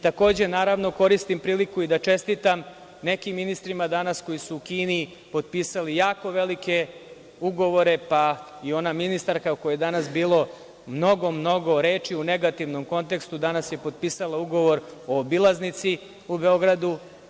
Takođe, naravno, koristim priliku i da čestitam nekim ministrima danas koji su u Kini potpisali jako velike ugovore, pa i ona ministarka o kojoj je danas bilo mnogo, mnogo reči u negativnom kontekstu, danas je potpisala ugovor o obilaznici u Beogradu.